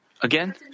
again